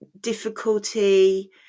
difficulty